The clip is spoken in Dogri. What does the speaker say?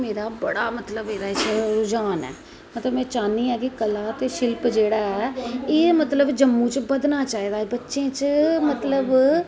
कला और शिल्प च मेरा मतलव कि बड़ा रुझान ऐ में चाह्न्नी आं कि कला दे शिल्प जेह्ड़ा एह् जम्मू च बधना चाही दा बच्चें च मतलव